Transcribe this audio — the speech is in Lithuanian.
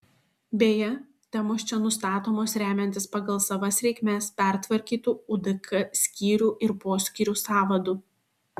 beje temos čia nustatomos remiantis pagal savas reikmes pertvarkytu udk skyrių ir poskyrių sąvadu